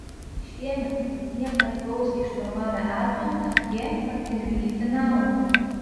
šiemet kaip niekad gausiai šturmavę atranką jie pakeliui į finalą